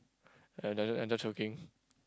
and enjoy choking